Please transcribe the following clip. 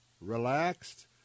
relaxed